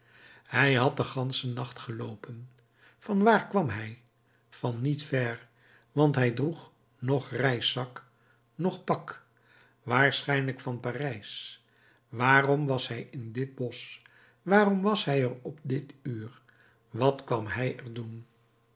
hij had den ganschen nacht geloopen van waar kwam hij van niet ver want hij droeg noch reiszak noch pak waarschijnlijk van parijs waarom was hij in dit bosch waarom was hij er op dit uur wat kwam hij er doen